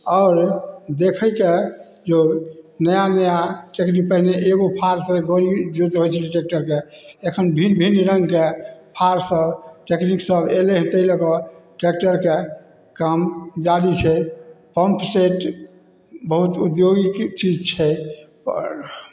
आओर देखैके जो नया नया टेक्निक पहिने एगो फारसँ जोतै छलै ट्रैकटरके एखन भिन्न भिन्न रङ्गके फारसब टेक्निकसब अएलै ताहि लऽ कऽ ट्रैकटरके काम जादे छै पम्प सेट बहुत औद्योगिक चीज छै आओर कि